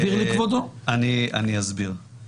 לפני כן המצב היה מאוד ברור מבחינה משפטית,